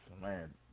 Man